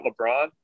LeBron